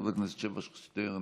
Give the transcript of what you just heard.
חבר הכנסת שבח שטרן,